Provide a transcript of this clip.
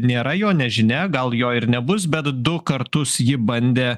nėra jo nežinia gal jo ir nebus bet du kartus ji bandė